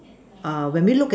err when we look at